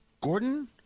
gordon